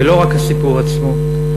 ולא רק הסיפור עצמו,